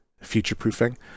future-proofing